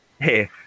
hey